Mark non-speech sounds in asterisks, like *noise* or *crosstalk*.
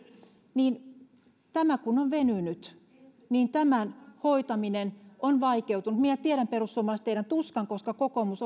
tämä kun on venynyt niin tämän hoitaminen on vaikeutunut minä tiedän perussuomalaiset teidän tuskanne koska kokoomus *unintelligible*